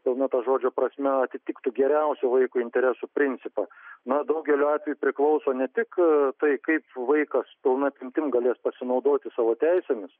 pilna to žodžio prasme atitiktų geriausių vaiko interesų principą na daugelio atvejų priklauso ne tik tai kaip vaikas pilna apimtim galės pasinaudoti savo teisėmis